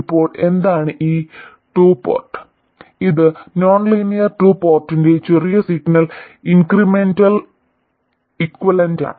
ഇപ്പോൾ എന്താണ് ഈ ടു പോർട്ട് ഇത് നോൺലീനിയർ ടു പോർട്ടിന്റെ ചെറിയ സിഗ്നൽ ഇൻക്രിമെന്റൽ ഇക്വലന്റാണ്